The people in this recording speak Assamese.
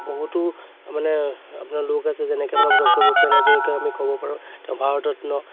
বহুতো তাৰমানে আপোনাৰ লোক আছে যেনেকে মানে ডক্টৰ ভূপেন হাজৰিকা আমি ক'ব পাৰোঁ তেওঁ ভাৰতৰত্ন